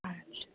अच्छा